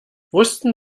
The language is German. wussten